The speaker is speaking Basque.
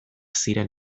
ziren